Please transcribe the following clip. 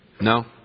No